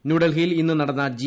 ന്യൂഡൽഹിയിൽ ഇന്ന് നടന്ന ജി